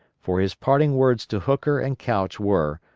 for his parting words to hooker and couch were,